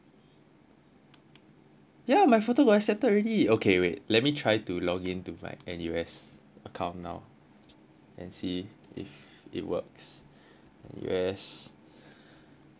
yeah my photo got accepted already okay wait let try to login to my N_U_S account now and see if it works N_U_S acceptance portal